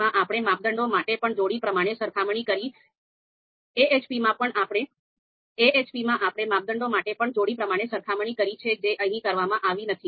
AHP માં આપણે માપદંડો માટે પણ જોડી પ્રમાણે સરખામણી કરી છે જે અહીં કરવામાં આવી નથી